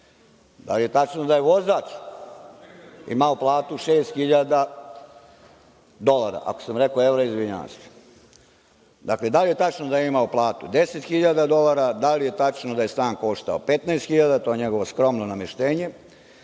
Da li je tačno da je vozač imao platu šest hiljada dolara. Ako sam rekao evra, izvinjavam se. Dakle, da li je tačno da je imao platu 10 hiljada dolara, da li je tačno da je stan koštao 15 hiljada, to je njegovo skromno nameštenje,